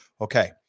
Okay